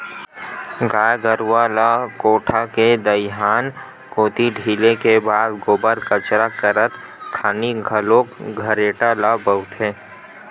गाय गरुवा ल कोठा ले दईहान कोती ढिले के बाद गोबर कचरा करत खानी घलोक खरेटा ल बउरथे